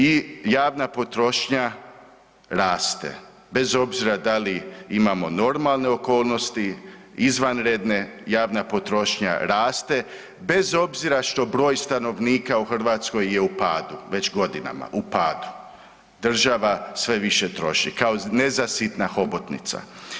I javna potrošnja raste bez obzira da li imamo normalne okolnosti, izvanredne, javna potrošnja raste bez obzira što broj stanovnika u Hrvatskoj je u padu već godinama, u padu, država sve više troši kao nezasitna hobotnica.